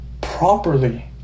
properly